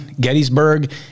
Gettysburg